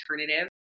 alternative